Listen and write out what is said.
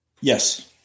Yes